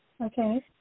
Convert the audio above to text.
Okay